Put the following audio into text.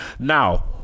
Now